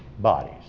bodies